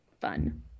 fun